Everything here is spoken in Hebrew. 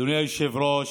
אדוני היושב-ראש,